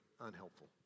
unhelpful